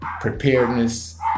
preparedness